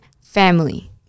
Family